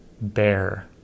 bear